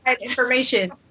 information